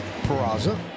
Peraza